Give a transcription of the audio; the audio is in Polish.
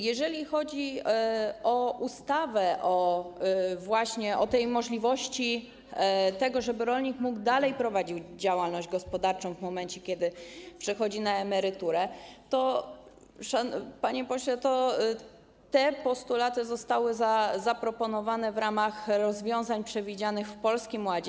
Jeżeli chodzi o ustawę dotyczącą tego, żeby rolnik mógł dalej prowadzić działalność gospodarczą, w momencie kiedy przechodzi na emeryturę, to, panie pośle, te postulaty zostały zaproponowane w ramach rozwiązań przewidzianych w Polskim Ładzie,